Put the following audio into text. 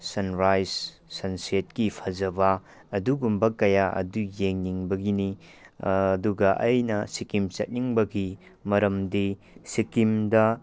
ꯁꯟ ꯔꯥꯏꯁ ꯁꯟ ꯁꯦꯠꯀꯤ ꯐꯖꯕ ꯑꯗꯨꯒꯨꯝꯕ ꯀꯌꯥ ꯑꯗꯨ ꯌꯦꯡꯅꯤꯡꯕꯒꯤꯅꯤ ꯑꯗꯨꯒ ꯑꯩꯅ ꯁꯤꯛꯀꯤꯝ ꯆꯠꯅꯤꯡꯕꯒꯤ ꯃꯔꯝꯗꯤ ꯁꯤꯛꯀꯤꯝꯗ